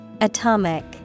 Atomic